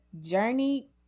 Journey